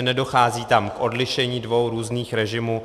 Nedochází tam k odlišení dvou různých režimů.